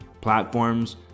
platforms